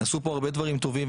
נעשו פה הרבה דברים טובים,